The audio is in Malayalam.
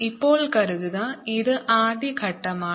ഇപ്പോൾ കരുതുക ഇത് ആദ്യ ഘട്ടമാണ്